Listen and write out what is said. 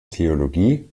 theologie